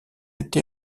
été